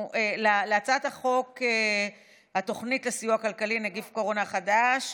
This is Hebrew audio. להצעת החוק התוכנית לסיוע כלכלי (נגיף הקורונה החדש)